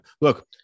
look